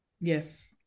Yes